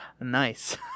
Nice